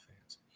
fans